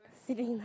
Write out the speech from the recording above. sitting